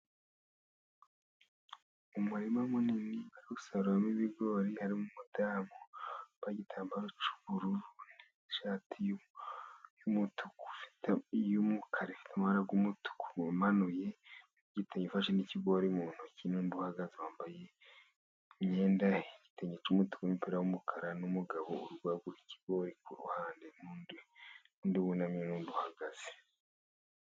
Umurima munini bari gusaruramo ibigori harimo umudamu w'igitambaro cy'ubururu n'ishati y'umukara ifite amabara y'umutuku amanuye afashe n'ikigori mu ntoki n'undi uhagaze wambaye imyenda y'iitenge cy'umutuku n'umupira w'umukara, n'umugabo uri guhagura ikigori ku ruhande, impande hari undi wunamye n'undi uhagaze.